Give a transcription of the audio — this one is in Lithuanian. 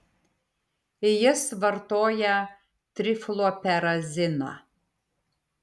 jis vartoja trifluoperaziną